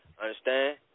Understand